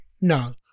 No